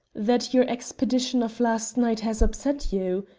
that your expedition of last night has upset you.